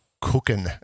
Cooking